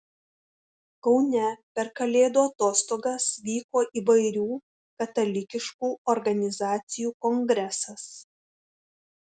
kaune per kalėdų atostogas vyko įvairių katalikiškų organizacijų kongresas